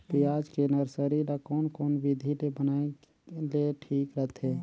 पियाज के नर्सरी ला कोन कोन विधि ले बनाय ले ठीक रथे?